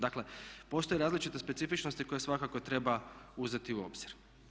Dakle postoje različite specifičnosti koje svakako treba uzeti u obzir.